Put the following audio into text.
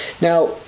Now